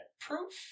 proof